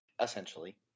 essentially